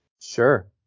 Sure